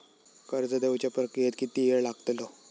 कर्ज देवच्या प्रक्रियेत किती येळ लागतलो?